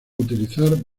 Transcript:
utilizar